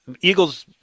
Eagles